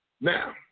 Now